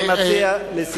אני מציע לסיכום.